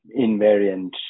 invariant